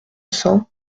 cents